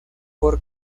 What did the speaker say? por